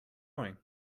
going